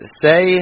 say